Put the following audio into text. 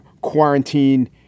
quarantine